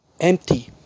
empty